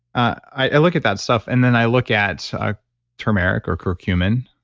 i look at that stuff and then i look at ah turmeric or curcumin.